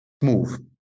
Smooth